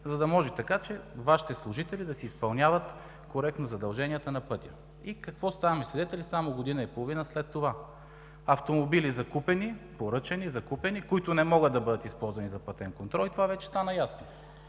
закупени, така че Вашите служители да си изпълняват коректно задълженията на пътя. И на какво ставаме свидетели само година и половина след това? Поръчани, закупени автомобили, които не могат да бъдат използвани за пътен контрол. И това вече стана ясно.